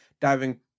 diving